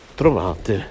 trovate